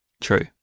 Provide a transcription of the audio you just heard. True